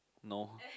no